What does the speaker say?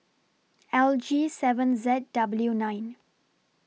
L G seven Z W nine